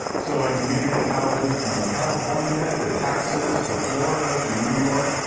so at community colleges from california to texas to florida to new york,